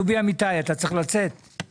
דובי אמיתי, בבקשה.